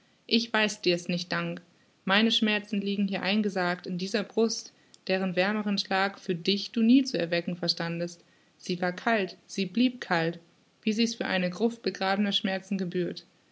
ich weiß dir's nicht dank meine schmerzen liegen hier eingesargt in dieser brust deren wärmeren schlag für dich du nie zu erwecken verstandest sie war kalt sie blieb kalt wie sich's für eine gruft begrabener schmerzen gebührt